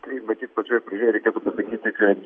tai matyt pačioj pradžioj reikėtų pasakyti kad